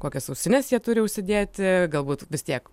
kokias ausines jie turi užsidėti galbūt vis tiek